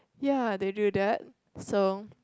ya they do that so